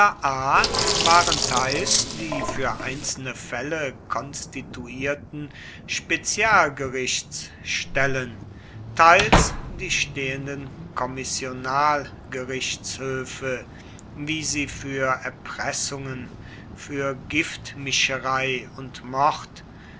waren teils die für einzelne fälle konstituierten spezialgerichtsstellen teils die stehenden kommissionalgerichtshöfe wie sie für erpressungen für giftmischerei und mord